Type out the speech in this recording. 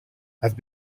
have